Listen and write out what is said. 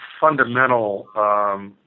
fundamental